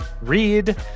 read